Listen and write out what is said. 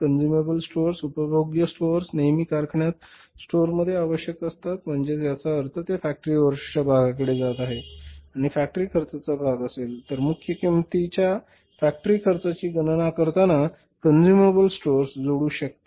consumable stores उपभोग्य stores नेहमी कारखान्यात स्टोअरमध्ये आवश्यक असतात म्हणजे याचा अर्थ ते फॅक्टरी ओव्हरहेड्सच्या भागाकडे जात आहे आणि फॅक्टरी खर्चाचा भाग असेल तर मुख्य किंमतीच्या फॅक्टरी खर्चाची गणना करताना कन्सुमेबल स्टोअर्स जोडू शकता